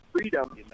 freedom